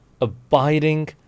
abiding